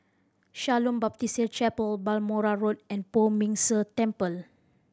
Shalom Baptist Chapel Balmoral Road and Poh Ming Tse Temple